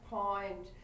point